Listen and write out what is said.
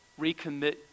Recommit